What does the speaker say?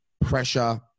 pressure